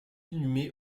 inhumé